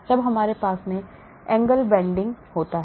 तब हमारे पास angle bending होता है